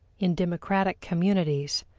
in democratic communities,